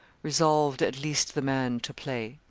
resolved at least the man to play.